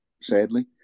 sadly